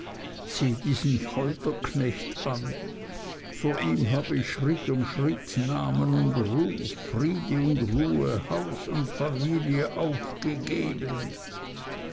sieh diesen folterknecht an vor ihm habe ich schritt um schritt namen und ruf friede und ruhe haus und familie aufgegeben